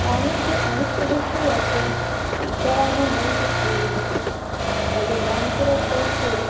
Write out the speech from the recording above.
তার মধ্যে অনেক সদস্যই আছে যারা আমার মনকে ছুঁয়ে গেছে তাদের গান করার কৌশল